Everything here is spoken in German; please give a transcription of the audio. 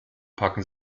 packen